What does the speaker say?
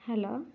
hello